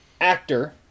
actor